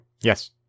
yes